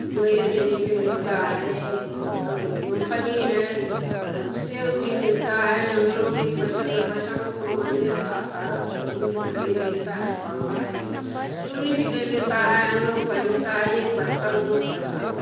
गुड़हिया जलेबी मिलता है मूंगफली हैं सेव भी मिलता है हम लोग एक पैसा दो पैसा में खूब मजे से सारा चीज खरीद लेता है पाता हैं चूड़ी भी ले लेता है हम लोग पहनता है एक पैसा में दो पैसा में